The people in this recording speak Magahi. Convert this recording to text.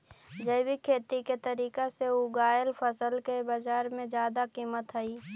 जैविक खेती के तरीका से उगाएल फसल के बाजार में जादा कीमत हई